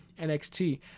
NXT